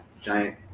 giant